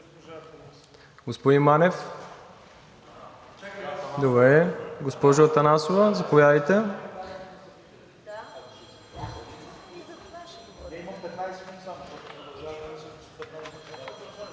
Господин Манев? – Добре. Госпожо Атанасова, заповядайте.